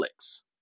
Netflix